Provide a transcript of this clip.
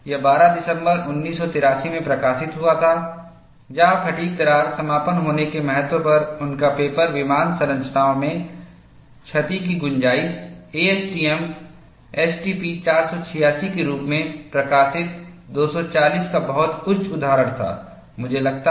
यह 12 दिसंबर 1983 में प्रकाशित हुआ था जहां फ़ैटिग् दरार समापन होने के महत्व पर उनका पेपर विमान संरचनाओं में क्षति की गुंजाइश एएसटीएम एसटीपी 486 के रूप में प्रकाशित 240 का बहुत उच्च उद्धरण था मुझे लगता है